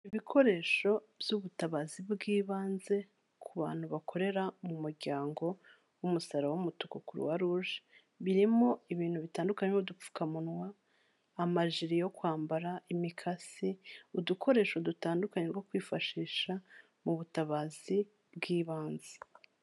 Ibikoresho by'ubutabazi bw'ibanze ku bantu bakorera mu muryango w'umusaraba w'umutuku croix rouge, birimo ibintu bitandukanye birimo udupfukamunwa, amajiri yo kwambara, imikasi, udukoresho dutandukanye two kwifashisha mu butabazi bw'ibanze.